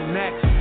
next